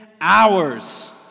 hours